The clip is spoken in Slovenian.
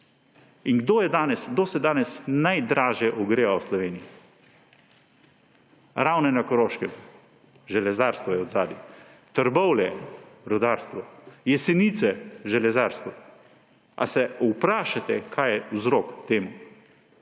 In kdo se danes najdražje ogreva v Sloveniji? Ravne na Koroškem ‒ železarstvo je zadaj, Trbovlje – rudarstvo, Jesenice – železarstvo. Ali se vprašate, kaj je vzrok temu,